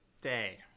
day